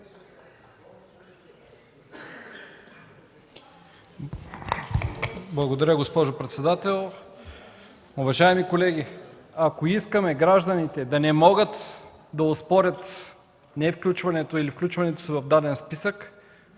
Благодаря, госпожо председател.